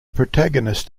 protagonist